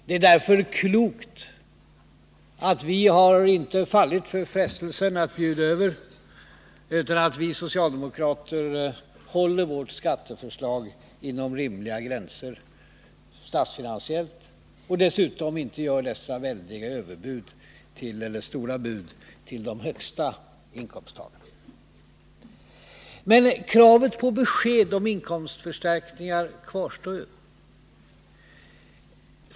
Vi socialdemokrater har klokt nog inte fallit för frestelsen att bjuda över, utan i stället hållit vårt skatteförslag inom rimliga statsfinansiella gränser. Vi erbjuder inte heller några stora fördelar för de högsta inkomsttagarna. Men kravet på besked om inkomstförstärkningarna kvarstår.